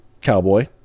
Cowboy